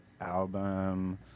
album